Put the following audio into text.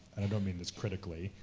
don't mean this critically,